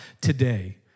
today